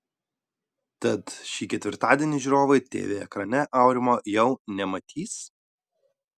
tad šį ketvirtadienį žiūrovai tv ekrane aurimo jau nematys